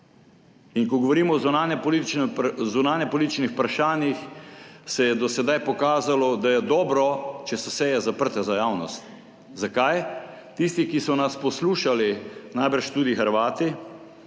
In ko govorimo o zunanjepolitičnih vprašanjih, se je do sedaj pokazalo, da je dobro, da so seje zaprte za javnost. Zakaj? Tisti, ki so nas poslušali, najbrž tudi Hrvati,